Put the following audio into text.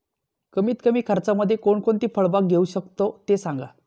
कमीत कमी खर्चामध्ये कोणकोणती फळबाग घेऊ शकतो ते सांगा